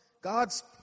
God's